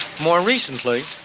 more recently,